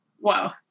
Wow